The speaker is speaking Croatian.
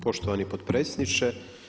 Poštovani potpredsjedniče.